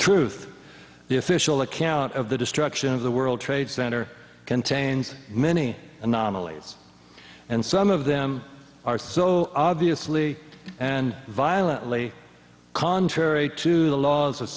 truth the official account of the destruction of the world trade center contains many anomalies and some of them are so obviously and violently contrary to the laws of